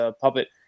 puppet